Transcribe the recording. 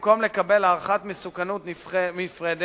במקום לקבל הערכת מסוכנות נפרדת,